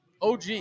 OG